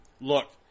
look